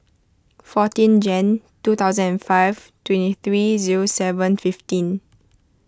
fourteen Jan two thousand and five twenty three zero seven fifteen